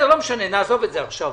נעזוב את זה עכשיו.